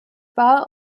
war